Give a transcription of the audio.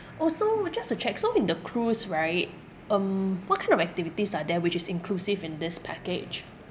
also just to check so in the cruise right um what kind of activities are there which is inclusive in this package